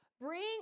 Bring